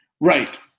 Right